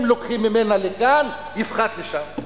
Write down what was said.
אם לוקחים ממנה לכאן, יפחת לשם.